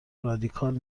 رادیکال